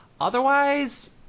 otherwise